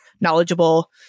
knowledgeable